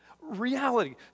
Reality